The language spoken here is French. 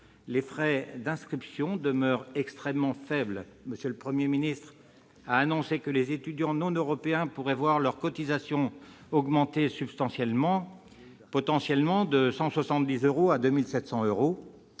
Les frais d'inscription demeurent extrêmement faibles. M. le Premier ministre a annoncé que les étudiants non européens pourraient voir leur cotisation augmenter substantiellement, potentiellement de 170 euros à 2 700 euros,